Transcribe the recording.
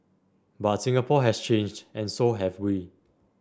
but Singapore has changed and so have we